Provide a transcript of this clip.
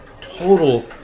total